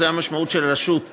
זו המשמעות של רשות ממשלתית.